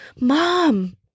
mom